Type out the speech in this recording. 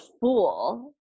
fool